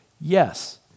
Yes